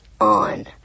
on